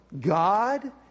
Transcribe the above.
God